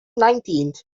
nineteenth